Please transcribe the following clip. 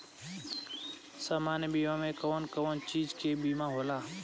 सामान्य बीमा में कवन कवन चीज के बीमा होला?